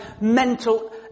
mental